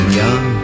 young